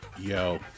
Yo